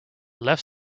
left